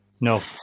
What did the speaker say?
No